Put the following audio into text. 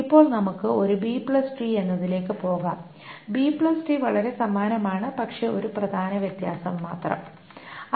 ഇപ്പോൾ നമുക്ക് ഒരു ബി ട്രീ B tree എന്നതിലേക്ക് പോകാം ബി ട്രീ B tree വളരെ സമാനമാണ് പക്ഷേ ഒരു പ്രധാന വ്യത്യാസത്തോടെ